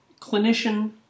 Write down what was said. clinician